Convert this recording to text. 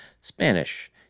Spanish